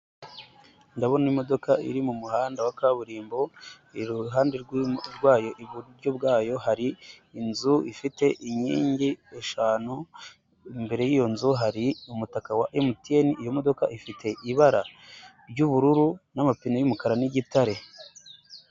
Ndabona imodoka iri mu muhanda wa kaburimbo iruhande rwayo iburyo bwayo hari inzu ifite inkingi eshanu, imbere y'iyo nzu hari umutaka wa MTN, iyo modoka ifite ibara ry'ubururu n'amapine y'umukara n'igitare.